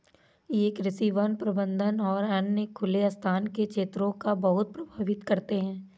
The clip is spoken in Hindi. ये कृषि, वन प्रबंधन और अन्य खुले स्थान के क्षेत्रों को बहुत प्रभावित करते हैं